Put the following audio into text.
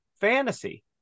fantasy